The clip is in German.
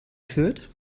fürth